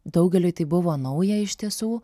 daugeliui tai buvo nauja iš tiesų